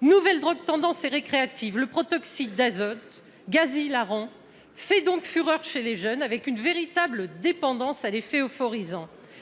Nouvelle drogue tendance et récréative, le protoxyde d'azote, gaz hilarant, fait donc fureur chez les jeunes, avec une véritable dépendance à l'effet euphorisant,